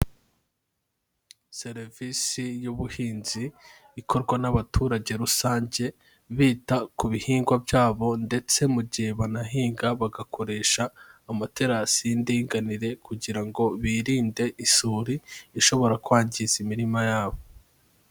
Serivisi y'ubuhinzi ikorwa n'abaturage rusange bita ku bihingwa byabo, ndetse mu gihe banahinga bagakoresha amaterasi y'indinganire kugira ngo birinde isuri ishobora kwangiza imirima yabo.